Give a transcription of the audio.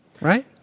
Right